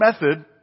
method